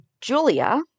Julia